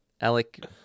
Alec